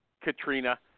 Katrina